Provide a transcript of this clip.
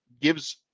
gives